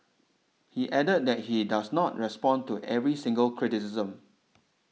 he added that he does not respond to every single criticism